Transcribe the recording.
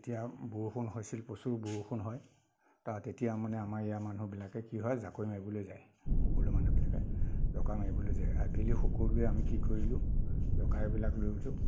তেতিয়া বৰষুণ হৈছিল প্ৰচুৰ বৰষুণ হয় তাত তেতিয়া মানে আমাৰ ইয়াৰ মানুহবিলাকে কি হয় জাকৈ মাৰিবলৈ যায় সকলো মানুহবিলাকে জকা মাৰিবলৈ যায় আবেলি সকলোৱে আমি কি কৰিলো জকাইবিলাক লৈ গৈছোঁ